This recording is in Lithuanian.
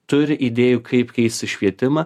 turi idėjų kaip keisti švietimą